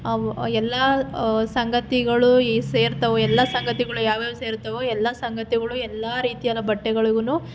ಎಲ್ಲ ಸಂಗತಿಗಳು ಈ ಸೇರ್ತವೆ ಎಲ್ಲ ಸಂಗತಿಗಳು ಯಾವ್ಯಾವು ಸೇರುತ್ತವೋ ಎಲ್ಲ ಸಂಗತಿಗಳು ಎಲ್ಲ ರೀತಿಯಾದ ಬಟ್ಟೆಗಳಿಗೂನು